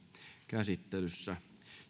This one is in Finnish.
käsittelyssä